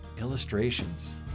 Illustrations